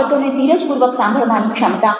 બાબતોને ધીરજપૂર્વક સાંભળવાની ક્ષમતા